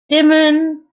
dimmen